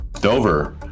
dover